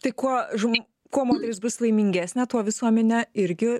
tai kuo žm kuo moteris bus laimingesnė tuo visuomenė irgi